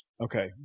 okay